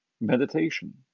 meditation